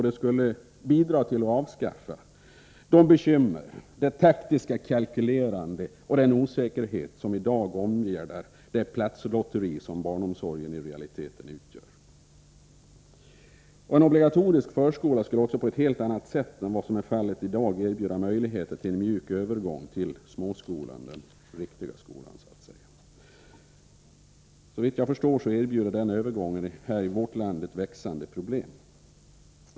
Det skulle också bidra till att avskaffa de bekymmer, det taktiska kalkylerande och den osäkerhet som i dag omgärdar det platslotteri som barnomsorgen i realiteten utgör. En obligatorisk förskola skulle också på ett helt annat sätt än vad som är fallet i dag erbjuda möjligheter till en mjuk övergång till småskolan, den riktiga skolan så att säga. Såvitt jag förstår erbjuder denna övergång ett växande problem här i vårt land.